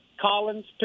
Collins